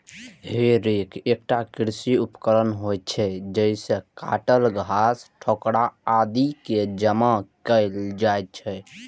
हे रैक एकटा कृषि उपकरण होइ छै, जइसे काटल घास, ठोकरा आदि कें जमा कैल जाइ छै